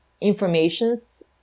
informations